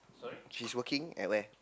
she's working at where